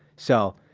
so,